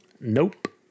Nope